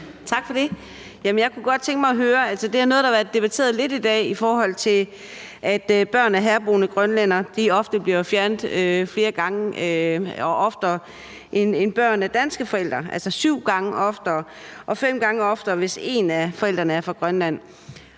Tak for det. Jeg kunne godt tænke mig at spørge om noget af det, der har været debatteret lidt i dag. Det handler om, at børn af herboende grønlændere ofte bliver fjernet og oftere end børn af danske forældre – syv gange oftere og fem gange oftere, hvis en af forældrene er fra Grønland.